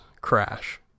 Crash